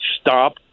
Stop